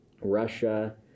Russia